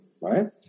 right